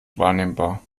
wahrnehmbar